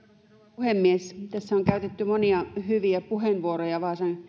puhemies tässä on käytetty monia hyviä puheenvuoroja vaasan